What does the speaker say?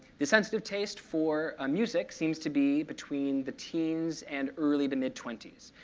the sensitive taste for ah music seems to be between the teens and early to mid twenty s.